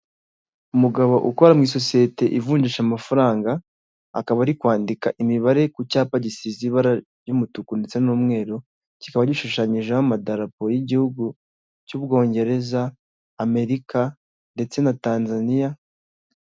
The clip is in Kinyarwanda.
Umugabo ukora mu isosiyete ivunjisha amafaranga, akaba ari kwandika imibare ku cyapa gisize ibara ry'umutuku ndetse n'umweru, kikaba gishushanyijeho amadarapo y'igihugu cy'Ubwongereza, Amerika ndetse na Tanzaniya.